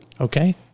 Okay